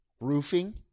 Roofing